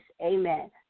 amen